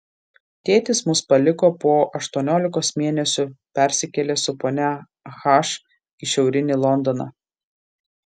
tėtis mus paliko po aštuoniolikos mėnesių persikėlė su ponia h į šiaurinį londoną